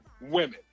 women